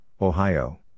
Ohio